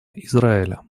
израиля